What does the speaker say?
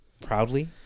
proudly